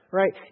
right